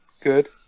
good